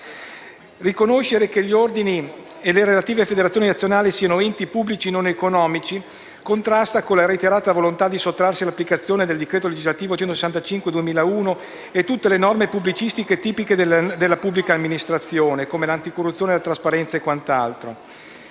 Riconoscere che gli Ordini e le relative Federazioni nazionali siano enti pubblici non economici contrasta con la reiterata volontà di sottrarsi all'applicazione del decreto legislativo n. 165 del 2001 e a tutte le norme pubblicistiche tipiche della pubblica amministrazione, come l'anticorruzione e la trasparenza. Anche